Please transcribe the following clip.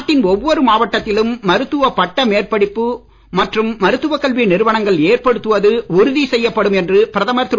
நாட்டின் ஒவ்வொரு மாவட்டத்திலும் மருத்துவ பட்ட மேற்படிப்பு மற்றும் மருத்துவக் கல்வி நிறுவனங்கள் ஏற்படுத்துவது உறுதி செய்யப்படும் என்று பிரதமர் திரு